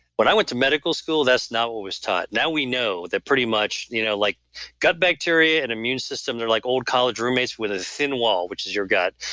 when i went to medical school, that's not what was taught. now we know that pretty much you know like gut bacteria and immune systems are like old college roommates with a thin wall, which is your gut,